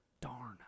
Darn